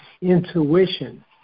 intuition